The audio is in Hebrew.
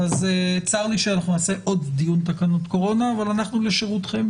צר לי שאנחנו נעשה עוד דיון תקנות קורונה אבל אנחנו לשירותכם,